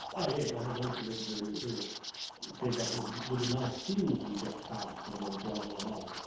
oh yes, i had one solicitor who said that was was a nice field we just passed when we were driving along.